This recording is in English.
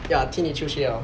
ya 踢你出去了